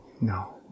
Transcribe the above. No